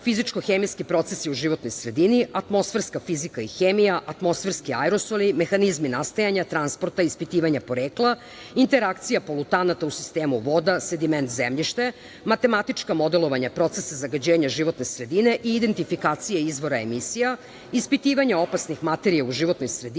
fizičko-hemijski procesi u životnoj sredini, atmosferska fizika i hemija, atmosferske aerosoli, mehanizmi nastajanja, transporta i ispitivanja porekla, interakcija polutanata u sistemu voda, sediment zemljište, matematička modelavanja procesa zagađenja životne sredine i identifikacija izvora emisija, ispitivanja opasnih materija u životnoj sredini